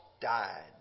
died